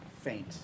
faint